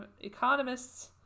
economists